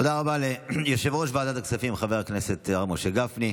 תודה רבה ליושב-ראש ועדת הכספים חבר הכנסת הרב משה גפני.